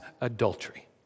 adultery